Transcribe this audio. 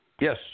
Yes